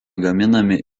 gaminami